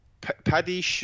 Paddy